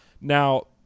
now